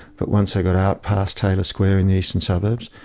but once they got out past taylor square in the eastern suburbs,